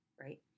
right